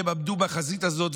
הם עמדו בחזית הזאת,